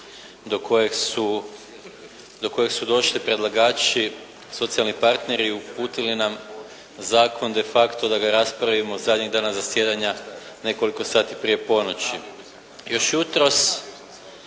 do kojeg su došli predlagači, socijalni partneri i uputili nam zakon de facto da ga raspravimo zadnjeg dana zasjedanja, nekoliko sati prije ponoći. Još jutros